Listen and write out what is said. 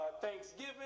Thanksgiving